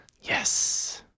Yes